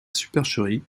supercherie